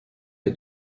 est